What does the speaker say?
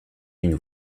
d’une